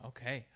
Okay